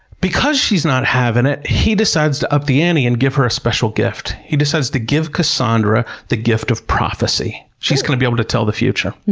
because she's not having it, he decides to up the ante and give her a special gift. he decides to give cassandra the gift of prophecy she's going to be able to tell the future.